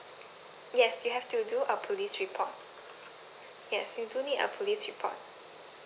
yes you have to do a police report yes you do need a police report